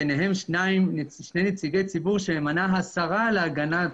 ביניהם שני נציגי ציבור שממנה השרה להגנת